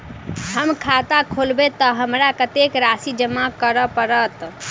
हम खाता खोलेबै तऽ हमरा कत्तेक राशि जमा करऽ पड़त?